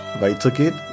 weitergeht